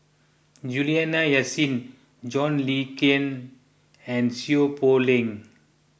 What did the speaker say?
Juliana Yasin John Le Cain and Seow Poh Leng